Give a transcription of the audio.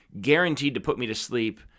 guaranteed-to-put-me-to-sleep